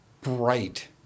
bright